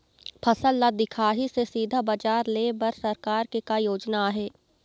फसल ला दिखाही से सीधा बजार लेय बर सरकार के का योजना आहे?